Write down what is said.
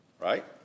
Right